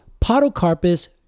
podocarpus